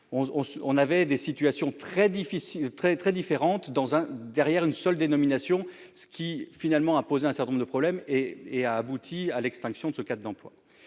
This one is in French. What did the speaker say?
difficiles, très très différentes dans un derrière une seule dénomination ce qui finalement a posé un certain nombre de problèmes et a abouti à l'extinction de ce cas d'emploi.